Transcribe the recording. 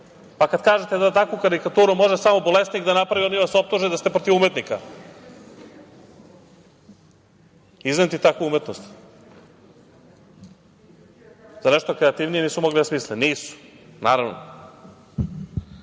kažete da takvu karikaturu može samo bolesnik da napravi, oni vas optuže da ste protiv umetnika. Izem ti takvu umetnost. Zar nešto kreativnije nisu mogli da smisle? Nisu, naravno. Kažu